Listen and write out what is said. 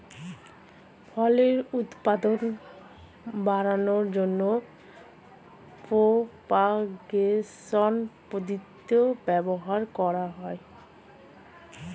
ফলের উৎপাদন বাড়ানোর জন্য প্রোপাগেশন পদ্ধতি ব্যবহার করা হয়